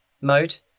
mode